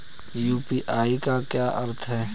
UPI का क्या अर्थ है?